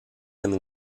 and